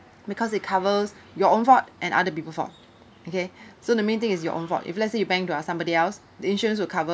because it covers your own fault and other people fault okay so the main thing is your own fault if let's say you bang to uh somebody else insurance will cover